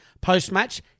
post-match